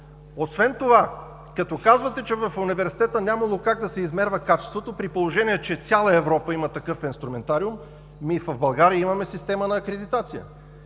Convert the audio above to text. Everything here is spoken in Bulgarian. Освен това, като казвате, че в университета нямало как да се измерва качеството, при положение че цяла Европа има такъв инструментариум, а в България имаме система на акредитация.